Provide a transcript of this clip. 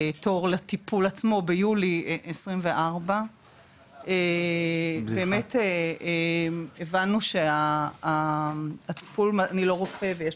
תור לטיפול עצמו ביולי 2024. אני לא רופא ויש